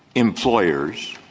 employers,